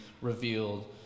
revealed